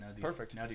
Perfect